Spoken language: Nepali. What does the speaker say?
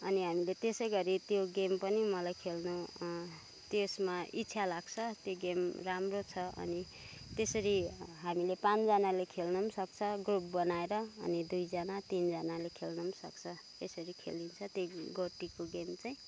अनि हामीले त्यसैगरी त्यो गेम पनि मलाई खेल्नु त्यसमा इच्छा लाग्छ त्यो गेम राम्रो छ अनि त्यसरी हामीले पाँचजनाले खेल्नु पनि सक्छ ग्रुप बनाएर अनि दुइजना तिनजनाले खेल्नु पनि सक्छ यसरी खेलिन्छ त्यो गोटीको गेम चाहिँ